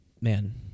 man